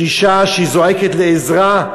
שאישה שזועקת לעזרה,